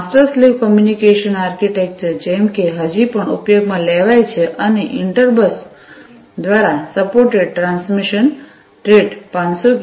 master slave communication architecture જેમ કે હજી પણ ઉપયોગમાં લેવાય છે અને ઇન્ટર બસ દ્વારા સપોર્ટેડ ટ્રાન્સમિશન રેટ 500 કે